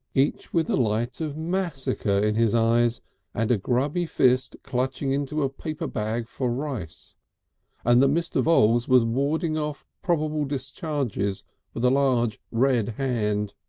each with the light of massacre in his eyes and a grubby fist clutching into a paper bag for rice and that mr. voules was warding off probable discharges with a large red hand.